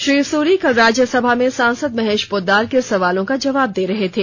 श्री सुरी कल राज्यसभा में सांसद महेश पोद्दार के सवालों का जवाब दे रहे थे